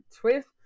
twist